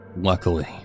Luckily